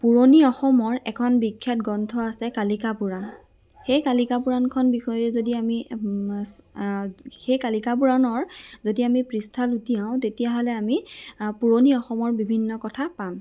পুৰণি অসমৰ এখন বিখ্যাত গ্ৰন্থ আছে কালিকাপুৰাণ সেই কালিকাপুৰাণখনৰ বিষয়ে যদি আমি সেই কালিকাপুৰাণৰ যদি আমি পৃষ্ঠা লুটিয়াওঁ তেতিয়াহ'লে আমি পুৰণি অসমৰ বিভিন্ন কথা পাম